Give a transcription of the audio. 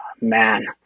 man